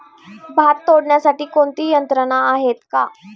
भात तोडण्यासाठी कोणती यंत्रणा आहेत का?